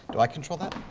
do i control that?